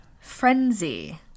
frenzy